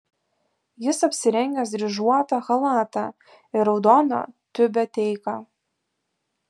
jis apsirengęs dryžuotą chalatą ir raudoną tiubeteiką